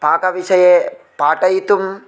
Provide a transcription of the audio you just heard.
पाकविषये पाठयितुं